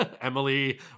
Emily